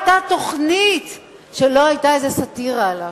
לא היתה תוכנית שלא היתה איזו סאטירה עליו.